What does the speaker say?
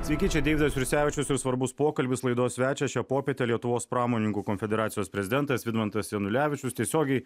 sveiki čia deividas jursevičius ir svarbus pokalbis laidos svečias šią popietę lietuvos pramonininkų konfederacijos prezidentas vidmantas janulevičius tiesiogiai